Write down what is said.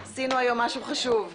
עשינו היום משהו חשוב.